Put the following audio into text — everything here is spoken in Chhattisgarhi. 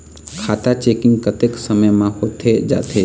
खाता चेकिंग कतेक समय म होथे जाथे?